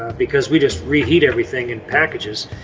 because we just reheat everything in packages.